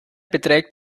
beträgt